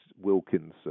Wilkinson